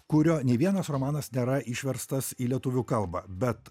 kurio nė vienas romanas nėra išverstas į lietuvių kalbą bet